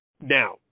now